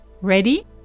Ready